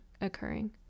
occurring